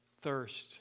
thirst